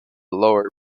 lower